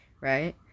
right